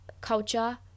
culture